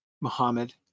Muhammad